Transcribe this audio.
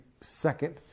second